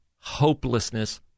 hopelessness